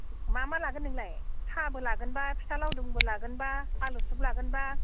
मा मा लागोन नोंलाय साहाबो लागोनबा फिथा लावदुमबो लागोनबा आलु सपबो लागोन बा